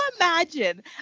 imagine